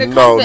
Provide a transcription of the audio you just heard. no